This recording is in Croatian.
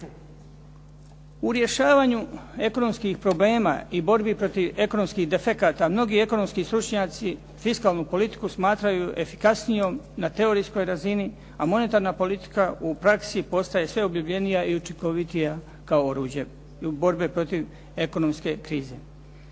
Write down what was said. U rješavanju ekonomskih problema i borbi protiv ekonomskih defekata mnogi ekonomski stručnjaci fiskalnu politiku smatraju efikasnijom na teoretskoj razini a monetarna politika u praksi postaje sve objavljenija i učinkovitija kao oruđe protiv ekonomske krize.